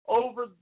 over